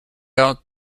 out